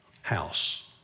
house